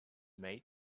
mate